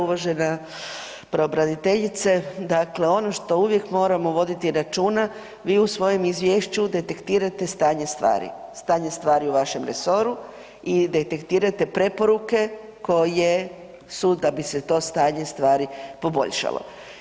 Uvažena pravobraniteljice dakle ono što uvijek moramo voditi računa vi u svojem izvješću detektirate stanje stvari, stanje stvari u vašem resoru i detektirate preporuke koje su da bi se to stanje stvari poboljšalo.